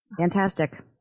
fantastic